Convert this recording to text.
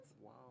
Wow